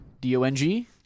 d-o-n-g